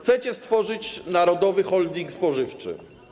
Chcecie stworzyć narodowy holding spożywczy.